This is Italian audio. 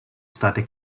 state